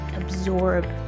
absorb